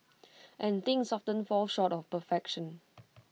and things often fall short of perfection